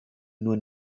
nur